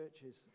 churches